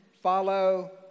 Follow